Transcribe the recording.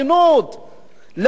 למהלך היסטורי,